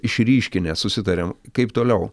išryškinę susitariam kaip toliau